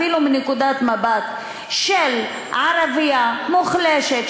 אפילו מנקודת מבט של ערבייה מוחלשת,